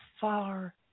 far